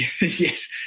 yes